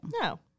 No